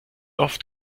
oft